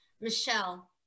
Michelle